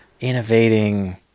innovating